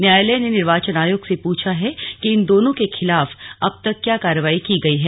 न्यायालय ने निर्वाचन आयोग से पूछा है कि इन दोनों के खिलाफ अब तक क्या कार्रवाई की गई है